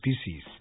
species